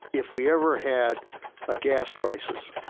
if we ever had a gas crisis,